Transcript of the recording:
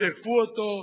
תשטפו אותו,